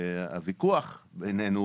שהוויכוח בינינו,